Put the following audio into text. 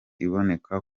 iboneka